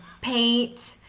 paint